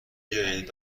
بیایید